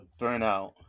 burnout